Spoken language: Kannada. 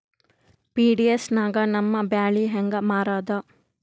ಪಿ.ಡಿ.ಎಸ್ ನಾಗ ನಮ್ಮ ಬ್ಯಾಳಿ ಹೆಂಗ ಮಾರದ?